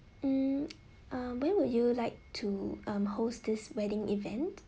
mm uh when would you like to um host this wedding event